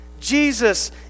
Jesus